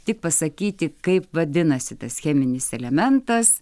tik pasakyti kaip vadinasi tas cheminis elementas